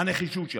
הנחישות שלך.